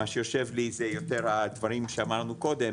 מה שיושב לי זה יותר הדברים שאמרנו קודם